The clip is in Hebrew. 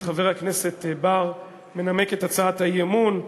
את חבר הכנסת מנמק את הצעת האי-אמון,